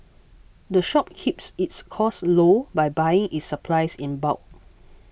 the shop keeps its costs low by buying its supplies in bulk